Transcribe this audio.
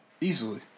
Easily